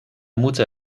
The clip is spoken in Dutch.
moeten